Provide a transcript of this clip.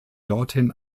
dorthin